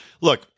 Look